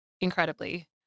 incredibly